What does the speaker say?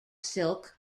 silk